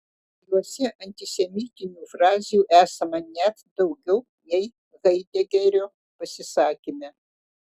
juose antisemitinių frazių esama net daugiau nei haidegerio pasisakyme